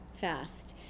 fast